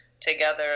together